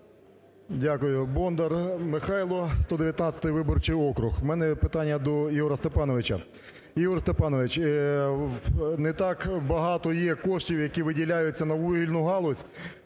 Дякую. Бондар Михайло, 119-й виборчій округ. В мене питання до Ігоря Степановича. Ігор Степанович, не так багато є коштів, які виділяються на вугільну галузь.